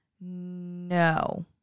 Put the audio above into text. No